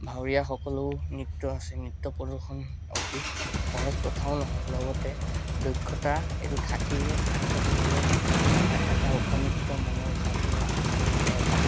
ভাৱৰীয়াসকলেও নৃত্য আছে নৃত্য প্ৰদৰ্শন অতি সহজ কথাও নহয় লগতে দক্ষতা এইটো থাকিলে আগবাঢ়ি যোৱা এটা উপনীত মনৰ ভাৱ লৈ আগবাঢ়ি যাব পৰা যায়